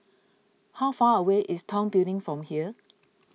how far away is Tong Building from here